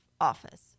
office